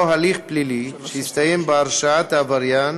הליך פלילי שהסתיים בהרשעת העבריין